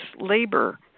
labor